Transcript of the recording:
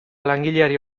langileari